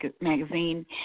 Magazine